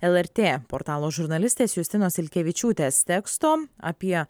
lrt portalo žurnalistės justinos ilkevičiūtės teksto apie